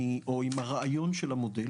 או עם הרעיון של המודל,